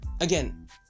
again